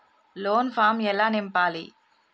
Loan form ఎలా నింపాలి?